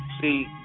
See